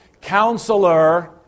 Counselor